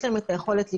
יש להם את היכולת לגבות.